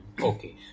okay